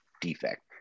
defect